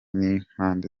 n’impande